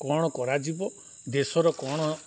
କ'ଣ କରାଯିବ ଦେଶର କ'ଣ